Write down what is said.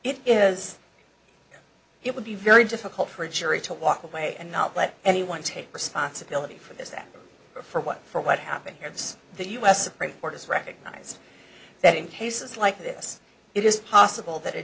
it is it would be very difficult for a jury to walk away and not let anyone take responsibility for this that for what for what happened here it's the u s supreme court has recognized that in cases like this it is possible that a